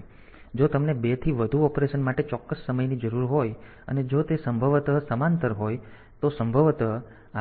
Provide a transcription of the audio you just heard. તેથી જો તમને 2 થી વધુ ઑપરેશન માટે ચોક્કસ સમયની જરૂર હોય અને જો તે સંભવતઃ સમાંતર હોય તો સંભવતઃ